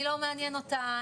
היא לא מעניין אותה,